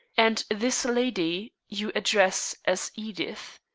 and this lady you address as edith.